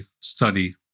study